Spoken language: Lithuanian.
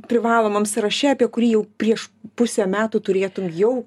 privalomam sąraše apie kurį jau prieš pusę metų turėtum jau